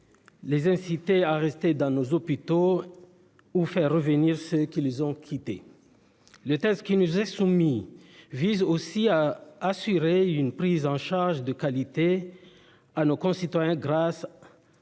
ces derniers à rester dans nos hôpitaux ou de faire revenir ceux qui les ont quittés ? Le texte qui nous est soumis vise aussi à assurer une prise en charge de qualité à nos concitoyens grâce à